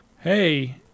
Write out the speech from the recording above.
hey